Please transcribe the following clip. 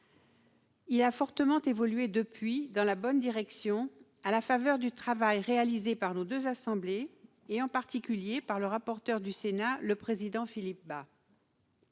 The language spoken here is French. il a fortement évolué dans la bonne direction, à la faveur du travail réalisé par nos deux assemblées, en particulier par le rapporteur du Sénat, le président Philippe Bas.